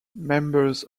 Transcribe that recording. members